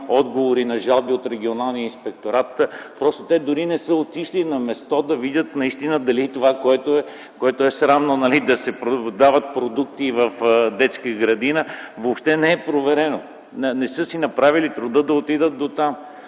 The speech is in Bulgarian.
отговори на жалби от регионалния инспекторат, просто те дори не са отишли на място да видят наистина дали това, което е срамно – да се продават продукти в детска градина, въобще не е проверено. Не са си направили труда да отидат дотам.